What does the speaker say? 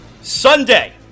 Sunday